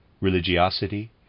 religiosity